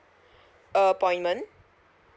appointment